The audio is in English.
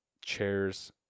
chairs